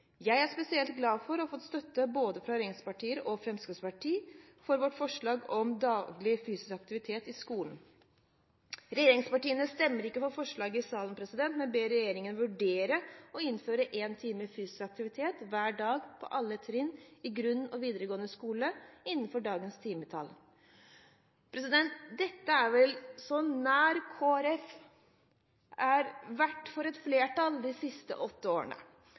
Jeg er spesielt glad for å ha fått støtte fra regjeringspartiene og Fremskrittspartiet for vårt forslag om daglig fysisk aktivitet i skolen. Regjeringspartiene stemmer ikke for forslaget i salen, men ber regjeringen vurdere å innføre en time fysisk aktivitet hver dag på alle trinn i grunnskole og videregående skole innenfor dagens timetall. Dette er vel så nær Kristelig Folkeparti har vært flertall for et av våre egne forslag de siste åtte årene.